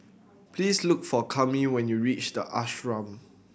please look for Kami when you reach The Ashram